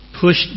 pushed